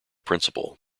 principal